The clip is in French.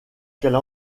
qu’elle